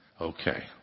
Okay